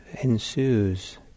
ensues